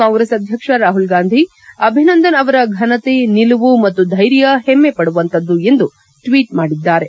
ಕಾಂಗ್ರೆಸ್ ಅಧ್ಯಕ್ಷ ರಾಹುಲ್ ಗಾಂಧಿ ಅಭಿನಂದನ್ ಅವರ ಘನತೆ ನಿಲುವು ಮತ್ತು ಧೈರ್ಯ ಹೆಮ್ಮೆ ಪಡುವಂತದ್ದು ಎಂದು ಟ್ವೀಟ್ ಮಾಡಿದ್ದಾರೆ